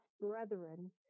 brethren